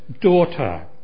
daughter